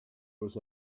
was